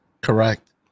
Correct